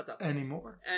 anymore